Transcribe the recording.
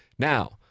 Now